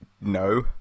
No